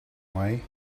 way